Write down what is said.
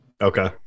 Okay